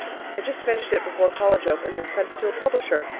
i just finished it before college opened and sent it to a publisher.